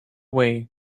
way